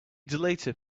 deleted